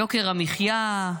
יוקר המחיה,